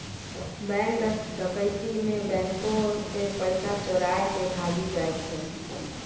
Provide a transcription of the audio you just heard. bank डकैती मे बैंको से पैसा चोराय के भागी जाय छै